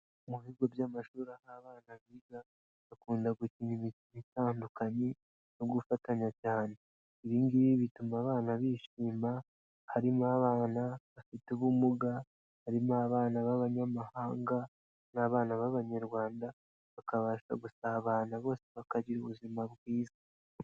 Mu bigo by'amashuri aho abana biga, bakunda gukina imikino itandukanye, no gufatanya cyane, ibi ngibi bituma abana bishima, harimo abana bafite ubumuga, harimo abana b'Abanyamahanga, n'abana b'Abanyarwanda, bakabasha gusabana bose bakagira ubuzima bwiza.